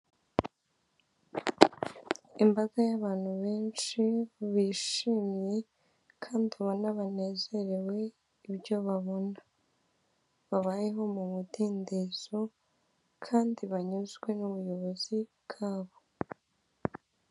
Imbaga y'abantu benshi bishimye kandi ubona banezerewe ibyo babona. Babayeho mu mudendezo kandi banyuzwe n'ubuyobozi bwabo.